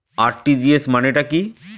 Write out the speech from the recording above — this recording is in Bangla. আর.টি.জি.এস মানে টা কি?